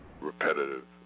repetitive